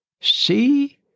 See